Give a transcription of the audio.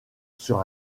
sol